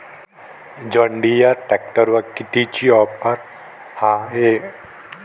John Deere ट्रॅक्टरवर कितीची offer हाये?